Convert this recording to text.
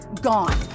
gone